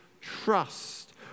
trust